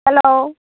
hello